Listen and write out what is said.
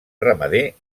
ramader